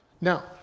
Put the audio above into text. Now